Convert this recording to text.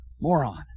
Moron